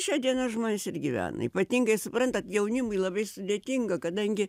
šia diena žmonės ir gyvena ypatingai suprantat jaunimui labai sudėtinga kadangi